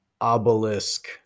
obelisk